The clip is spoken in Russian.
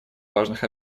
важных